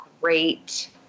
great